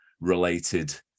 related